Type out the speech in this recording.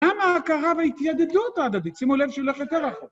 גם ההכרה בהתיידדות ההדדית, שימו לב שהיא הולכת יותר רחוק.